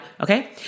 okay